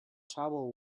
trouble